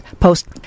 post